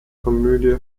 komödie